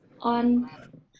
on